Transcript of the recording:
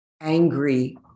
angry